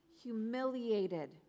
humiliated